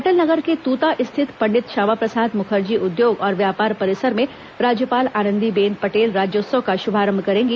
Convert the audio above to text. अटल नगर के तृता स्थित पंडित श्यामाप्रसाद मुखर्जी उद्योग और व्यापार परिसर में राज्यपाल आनंदीबेन पटेल राज्योत्सव का शुभारंभ करेंगी